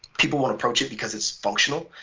people won't approach it because it's functional,